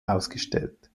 ausgestellt